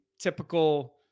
typical